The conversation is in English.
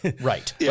right